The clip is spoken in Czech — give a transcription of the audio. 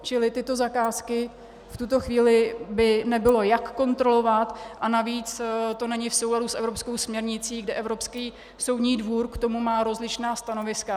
Čili tyto zakázky v tuto chvíli by nebylo jak kontrolovat a navíc to není v souladu s evropskou směrnicí, kde Evropský soudní dvůr k tomu má rozličná stanoviska.